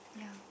yeah